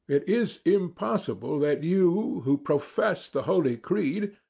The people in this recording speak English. it is impossible that you, who profess the holy creed,